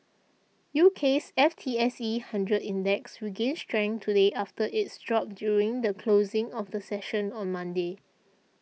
UK's F T S E Hundred Index regained strength today after its drop during the closing of the session on Monday